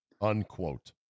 unquote